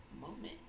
moment